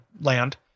land